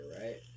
right